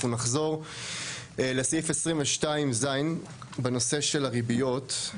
אנחנו נחזור לסעיף 22 ז' בנושא של הריביות.